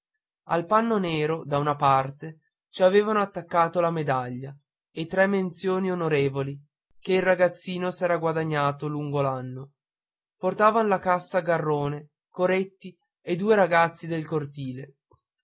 al panno nero da una parte ci avevano attaccato la medaglia e tre menzioni onorevoli che il ragazzino s'era guadagnate lungo l'anno portavan la cassa garrone coretti e due ragazzi del cortile